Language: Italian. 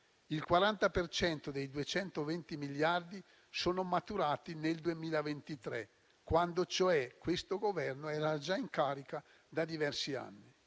cento dei 220 miliardi sono maturati nel 2023, quando cioè questo Governo era già in carica da diversi mesi.